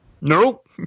Nope